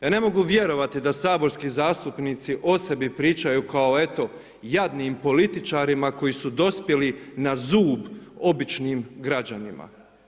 Ja ne mogu vjerovati da saborski zastupnici o sebi pričaju kao eto jadnim političarima koji su dospjeli na zub običnim građanima.